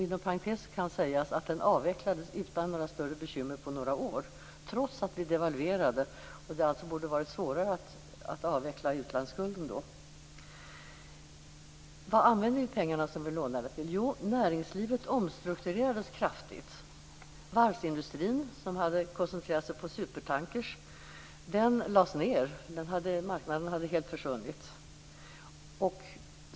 Inom parentes kan sägas att den avvecklades utan några större bekymmer på några år, trots att vi devalverade och det därmed borde ha varit svårare att avveckla utlandsskulden. Vad använde vi pengarna till som vi lånade? Näringslivet omstrukturerades kraftigt. Varvsindustrin, som hade koncentrerat sig på supertankrar, lades ned. Marknaden hade helt försvunnit.